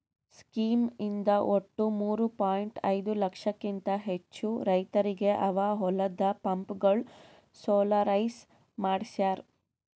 scheme ಇಂದ ಒಟ್ಟು ಮೂರೂ ಪಾಯಿಂಟ್ ಐದೂ ದಶಲಕ್ಷಕಿಂತ ಹೆಚ್ಚು ರೈತರಿಗೆ ಅವರ ಹೊಲದ ಪಂಪ್ಗಳು ಸೋಲಾರೈಸ್ ಮಾಡಿಸ್ಯಾರ್